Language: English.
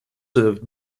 served